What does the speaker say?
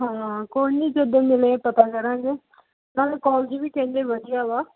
ਹਾਂ ਕੋਈ ਨਹੀਂ ਜਦੋਂ ਮਿਲੇ ਪਤਾ ਕਰਾਂਗੇ ਨਾਲੇ ਕੋਲਜ ਵੀ ਕਹਿੰਦੇ ਵਧੀਆ ਵਾ